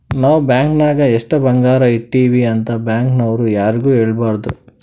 ನಾವ್ ಬ್ಯಾಂಕ್ ನಾಗ್ ಎಷ್ಟ ಬಂಗಾರ ಇಟ್ಟಿವಿ ಅಂತ್ ಬ್ಯಾಂಕ್ ನವ್ರು ಯಾರಿಗೂ ಹೇಳಬಾರ್ದು